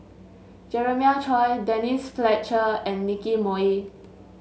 Jeremiah Choy Denise Fletcher and Nicky Moey